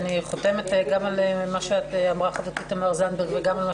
אני חותמת גם על מה שאמרה חברתי תמר זנדברג וגם על מה